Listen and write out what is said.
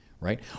Right